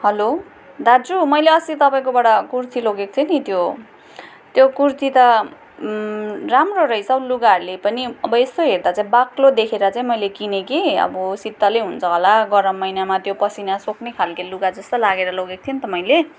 hello दाजु मैले अस्ति तपाईँकोबाट कुर्ती लगेको थिएँ नि त्यो त्यो कुर्ती राम्रो रहेछौ लुगाहरूले पनि अब यस्तो हेर्दा चाहिँ बाक्लो देखेर चाहिँ मैले किने कि अब शीतलै हुन्छ होला गरम् महिनामा त्यो पसिना सुक्ने खालको लुगाजस्तो लागेर लगेको थिएँ नि त मैले